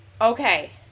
Okay